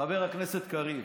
חבר הכנסת קריב.